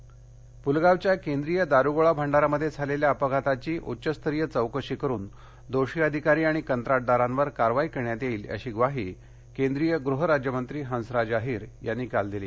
वर्धा पुलगावच्या केंद्रीय दारुगोळा भांडारामध्ये झालेल्या अपघाताची उच्चचस्तरीय चौकशी करून दोषी अधिकारी आणि कंत्राटदारावर कारवाई करण्यात येईल अशी ग्वाही केंद्रीय गृहराज्य मंत्री हंसराज अहिर यांनी काल दिली